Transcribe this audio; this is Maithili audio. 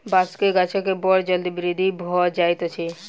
बांसक गाछ के बड़ जल्दी वृद्धि भ जाइत अछि